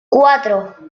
cuatro